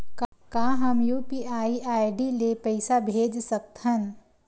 का हम UPI ID ले पईसा भेज सकथन?